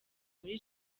muri